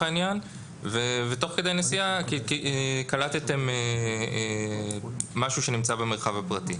העניין ותוך כדי נסיעה קלטתם משהו שנמצא במרחב הפרטי.